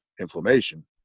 inflammation